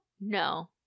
No